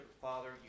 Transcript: Father